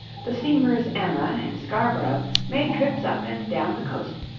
the steamers emma and scarborough made trips up and down the coast,